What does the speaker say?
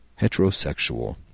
Heterosexual